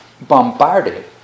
bombarded